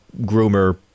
groomer